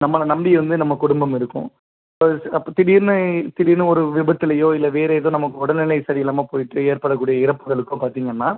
நம்மளை நம்பி வந்து நம்ம குடும்பம் இருக்கும் அப்போ திடீர்னு திடீர்னு ஒரு விபத்துலையோ இல்லை வேறு எதுவும் நமக்கு உடல்நிலை சரி இல்லாமல் போயிட்டு ஏற்படக்கூடிய இறப்புகளுக்கோ பார்த்தீங்கனா